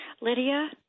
lydia